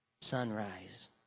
sunrise